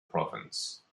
province